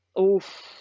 Oof